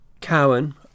Cowan